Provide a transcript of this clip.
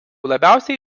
labiausiai